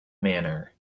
manor